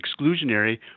exclusionary